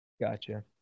Gotcha